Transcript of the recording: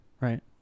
Right